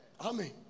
Amen